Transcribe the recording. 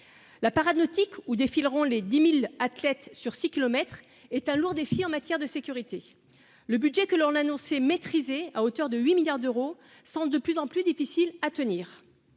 La parade nautique où défileront les 10.000 athlètes sur 6 kilomètres, est un lourd défi en matière de sécurité. Le budget que leur l'annoncer maîtrisé à hauteur de 8 milliards d'euros, 100 de plus en plus difficile à tenir.